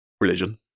Religion